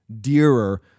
dearer